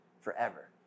forever